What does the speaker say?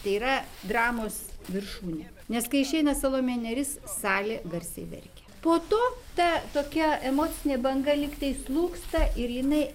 tai yra dramos viršūnė nes kai išeina salomėja nėris salė garsiai verkia po to ta tokia emocinė banga lygtai slūgsta ir jinai